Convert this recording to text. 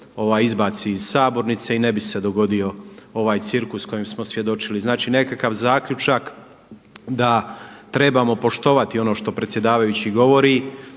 izbaci iz sabornice i ne bi se dogodio ovaj cirkus kojem smo svjedočili. Znači nekakav zaključak da trebamo poštovati ono što predsjedavajući govori